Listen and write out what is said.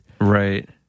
right